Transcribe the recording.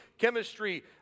chemistry